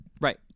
Right